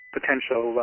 potential